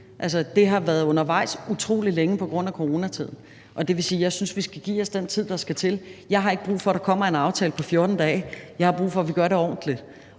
Det har været undervejs utrolig længe på grund af coronatiden, og det vil sige, at jeg synes, vi skal give os den tid, der skal til. Jeg har ikke brug for, at der kommer en aftale på 14 dage, jeg har brug for, at vi gør det ordentligt,